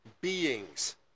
beings